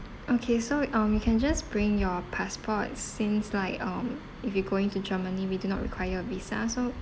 okay so um you can just bring your passport since like um if you going to germany we do not require visa so